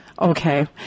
Okay